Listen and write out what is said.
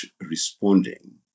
responding